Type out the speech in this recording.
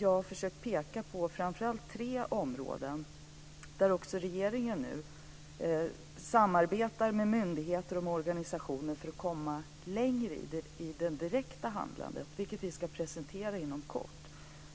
Jag har försökt peka på framför allt tre områden där regeringen samarbetar med myndigheter och organisationer för att komma längre i det direkta handlandet, vilket vi ska presentera inom kort.